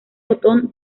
otón